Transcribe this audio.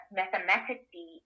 mathematically